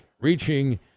Reaching